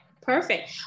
perfect